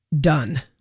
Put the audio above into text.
done